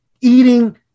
eating